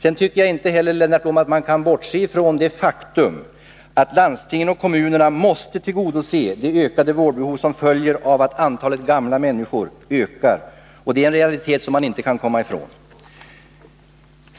Jag tycker inte heller, Lennart Blom, att man kan bortse från det faktum att landstingen och kommunerna måste tillgodose det ökade vårdbehov som följer av att antalet gamla människor ökar — det är en realitet som man inte kan komma ifrån.